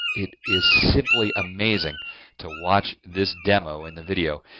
it is simply amazing to watch this demo in the video.